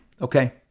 okay